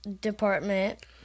Department